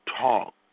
talk